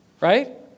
Right